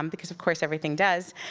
um because of course, everything does,